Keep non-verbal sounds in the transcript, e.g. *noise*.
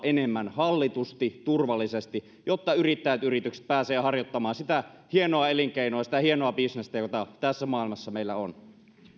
*unintelligible* enemmän hallitusti turvallisesti jotta yrittäjät yritykset pääsevät harjoittamaan sitä hienoa elinkeinoa hienoa bisnestä jota tässä maailmassa meillä on